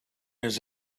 his